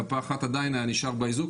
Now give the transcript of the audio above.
גפה אחת עדיין היה נשאר באיזוק,